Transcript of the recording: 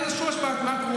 אין לזה שום השפעת מקרו.